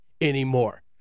anymore